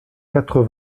quatre